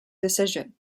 decision